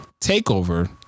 TakeOver